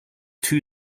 two